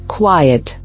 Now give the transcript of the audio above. quiet